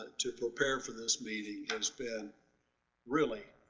to prepare for this meeting has been really